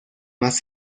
más